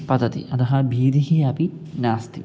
पतति अतः भीतिः अपि नास्ति